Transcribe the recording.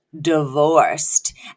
divorced